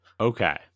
Okay